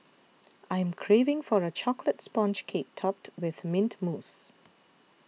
I am craving for a Chocolate Sponge Cake Topped with Mint Mousse